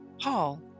Paul